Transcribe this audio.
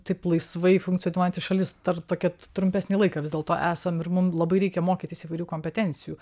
taip laisvai funkcionuojanti šalis dar tokią trumpesnį laiką vis dėlto esam ir mum labai reikia mokytis įvairių kompetencijų